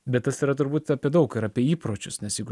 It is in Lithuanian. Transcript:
bet tas yra turbūt apie daug ir apie įpročius nes juk